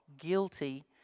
guilty